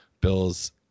bills